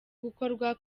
gukorwa